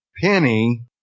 Penny